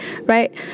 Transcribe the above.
right